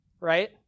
right